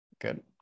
Good